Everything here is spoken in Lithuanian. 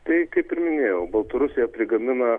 tai kaip minėjau baltarusija prigamina